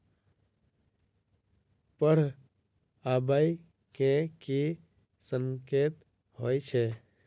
बाढ़ आबै केँ की संकेत होइ छै?